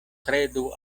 kredu